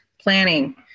planning